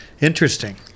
Interesting